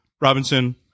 Robinson